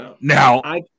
Now